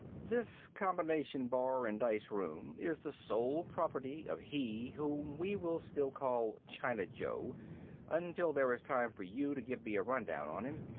this combination bar and dice-room is the sole property of he whom we will still call china joe until there is time for you to give me a rundown on him.